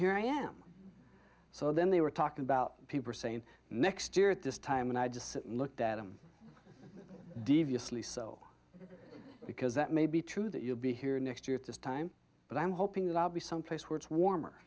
here i am so then they were talking about people saying next year at this time and i just looked at them deviously so because that may be true that you'll be here next year at this time but i'm hoping that i'll be someplace where it's warmer